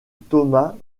thomas